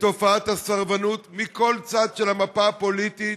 תופעת הסרבנות מכל צד של המפה הפוליטית.